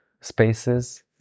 spaces